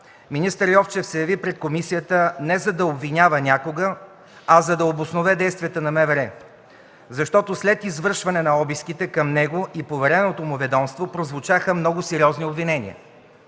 Министър Йовчев се яви пред комисията не за да обвинява някого, а за да обоснове действията на МВР. Защото след извършването на обиските към него и повереното му ведомство прозвучаха много сериозни обвинения.